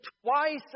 twice